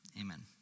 amen